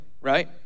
right